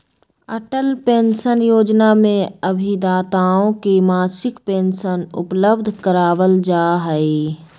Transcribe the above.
Atal pension Yojana में अभिदाताओं के मासिक पेंशन उपलब्ध करावल जाहई